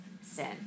sin